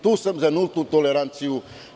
Tu sam za nultu toleranciju.